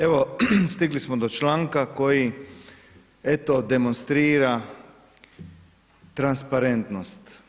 Evo stigli smo do članka, koji eto demonstrira transparentnost.